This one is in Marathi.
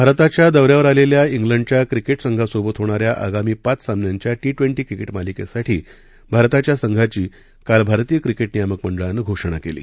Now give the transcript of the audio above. भारताच्या दौऱ्यावर आलेल्या ख्लडच्या क्रिकेट संघासोबत होणाऱ्या आगामी पाच सामन्यांच्या टी ट्वेंटी क्रिकेट मालिकेसाठी भारताच्या संघाची काल भारतीय क्रिकेट नियामक मंडळानं घोषणा केली